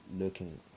looking